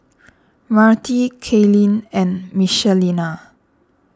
Myrtie Kaylen and Michelina